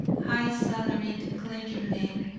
high salaried clergymen,